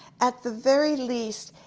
at the very least,